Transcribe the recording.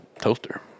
toaster